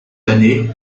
années